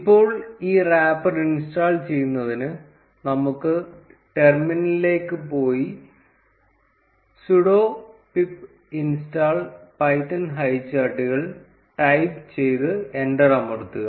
ഇപ്പോൾ ഈ wrapper install ചെയ്യുന്നതിന് നമുക്ക് ടെർമിനലിലേക്ക് പോയി സുഡോ പിപ്പ് ഇൻസ്റ്റാൾ പൈത്തൺ ഹൈചാർട്ടുകൾ ടൈപ്പ് ചെയ്ത് എന്റർ അമർത്തുക